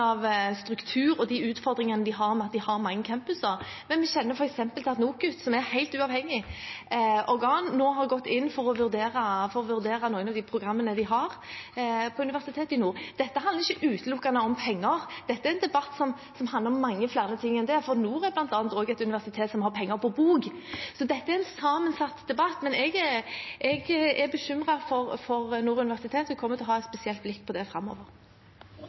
av strukturen og utfordringene de har med mange campuser, men vi kjenner f.eks. til at NOKUT, som er et helt uavhengig organ, nå har gått inn for å vurdere noen av programmene de har på Nord universitet. Dette handler ikke utelukkende om penger. Det er en debatt som handler om mange flere ting enn det, for Nord er bl.a. også et universitet som har penger på bok. Dette er en sammensatt debatt, men jeg er bekymret for Nord universitet og kommer til å ha et spesielt blikk på det framover.